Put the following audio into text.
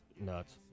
nuts